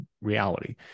reality